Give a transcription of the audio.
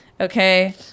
Okay